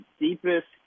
deepest